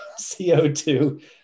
CO2